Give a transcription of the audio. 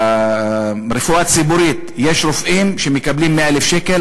ברפואה הציבורית יש רופאים שמקבלים 100,000 שקל,